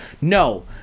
No